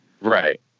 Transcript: right